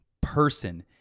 person